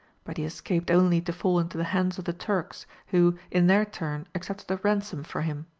but he escaped only to fall into the hands of the turks, who, in their turn, accepted a ransom for him.